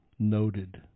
noted